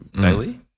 daily